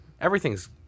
everything's